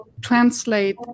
translate